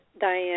Diane